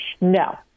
No